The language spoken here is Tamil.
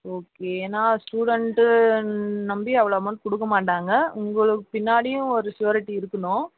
ஓகே நான் ஸ்டுடென்ட்டை நம்பி அவ்வளோ அமௌண்ட் கொடுக்க மாட்டாங்க உங்களுக்கு பின்னாடியும் ஒரு சுயுரிட்டி இருக்கணும்